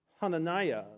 Hananiah